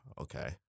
Okay